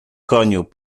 koniu